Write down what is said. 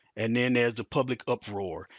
and then as the public uproar,